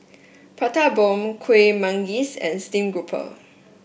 Prata Bomb Kuih Manggis and stream grouper